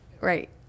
right